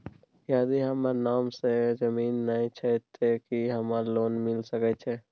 यदि हमर नाम से ज़मीन नय छै ते की हमरा लोन मिल सके छै?